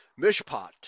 Mishpat